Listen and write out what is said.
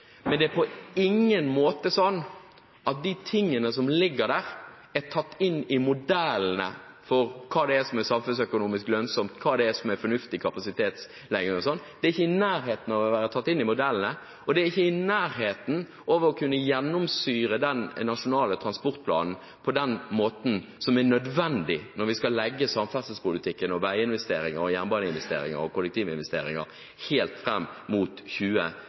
men det er på ingen måte sånn at de tingene som ligger der, er tatt inn i modellene for hva det er som er samfunnsøkonomisk lønnsomt, hva som er fornuftig kapasitet lenger og sånt. Det er ikke i nærheten av å bli tatt inn i modellene, og det er ikke i nærheten av å kunne gjennomsyre den nasjonale transportplanen på den måten som er nødvendig når vi skal legge planer for samferdselspolitikken – veiinvesteringer, jernbaneinvesteringer og kollektivinvesteringer – helt fram mot